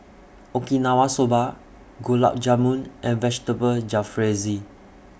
Okinawa Soba Gulab Jamun and Vegetable Jalfrezi